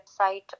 website